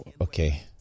Okay